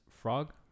frog